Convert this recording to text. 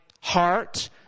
heart